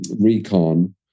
recon